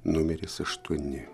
numeris aštuoni